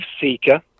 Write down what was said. seeker